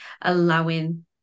allowing